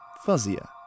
fuzzier